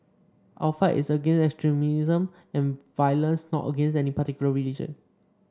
our fight is against extremism and violence not against any particular religion